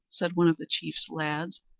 said one of the chief's lads,